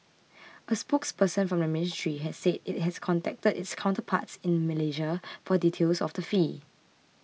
a spokesperson from the ministry said it has contacted its counterparts in Malaysia for details of the fee